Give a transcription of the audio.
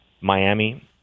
Miami